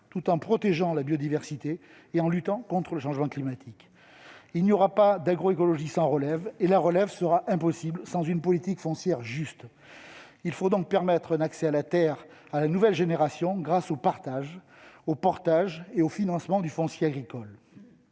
tout en protégeant la biodiversité et en luttant contre le changement climatique. Il n'y aura pas d'agroécologie sans relève, et cette dernière sera impossible sans une politique foncière juste. Il faut donc permettre un accès à la terre à la nouvelle génération grâce au partage, au portage et au financement du foncier agricole.